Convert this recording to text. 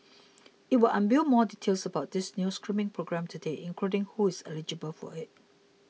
it will unveil more details about this new screening program today including who is eligible for it